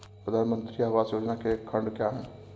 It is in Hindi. प्रधानमंत्री आवास योजना के खंड क्या हैं?